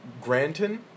Granton